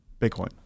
Bitcoin